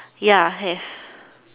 ya have